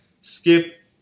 skip